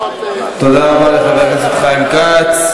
תודה רבה לחבר הכנסת חיים כץ.